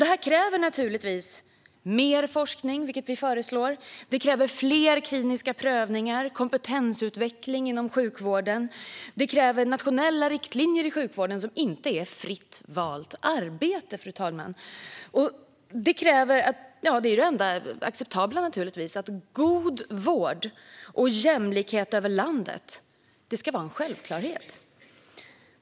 Detta kräver naturligtvis mer forskning, vilket vi föreslår. Det kräver fler kliniska prövningar och kompetensutveckling inom sjukvården. Det kräver nationella riktlinjer i sjukvården som inte är fritt valt arbete, fru talman, vilket naturligtvis är det enda acceptabla. God vård och jämlikhet över landet ska vara en självklarhet.